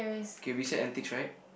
K we set antiques right